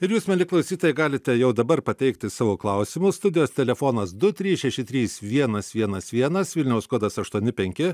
ir jūs mieli klausytojai galite jau dabar pateikti savo klausimus studijos telefonas du trys šeši trys vienas vienas vienas vilniaus kodas aštuoni penki